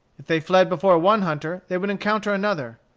if they fled before one hunter they would encounter another.